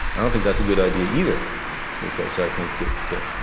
i don't think that's a good idea either because i think it